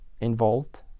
involved